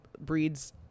breeds